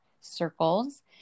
circles